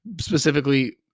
specifically